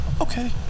Okay